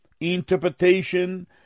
interpretation